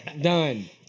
Done